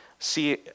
See